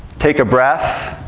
take a breath,